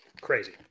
Crazy